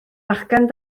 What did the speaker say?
fachgen